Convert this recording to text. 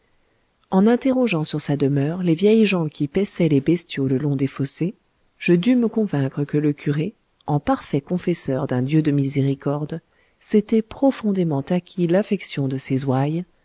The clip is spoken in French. en interrogeant sur sa demeure les vieilles gens qui paissaient les bestiaux le long des fossés je dus me convaincre que le curé en parfait confesseur d'un dieu de miséricorde s'était profondément acquis l'affection de ses ouailles